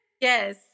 Yes